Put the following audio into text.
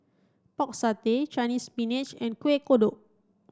pork satay Chinese spinach and Kueh Kodok